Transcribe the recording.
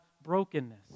brokenness